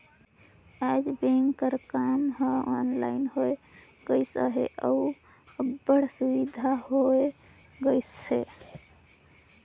आएज बेंक कर काम हर ऑनलाइन होए गइस अहे अउ अब्बड़ सुबिधा होए गइस अहे